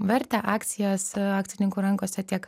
vertę akcijas akcininkų rankose tiek